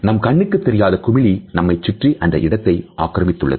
நம் கண்ணுக்குத் தெரியாத குமிழி நம்மைச் சுற்றி அந்த இடத்தை ஆக்கிரமித்துள்ளது